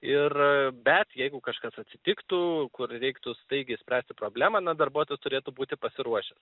ir bet jeigu kažkas atsitiktų kur reiktų staigiai spręsti problemą na darbuotojas turėtų būti pasiruošęs